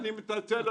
אני מתנצל.